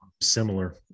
similar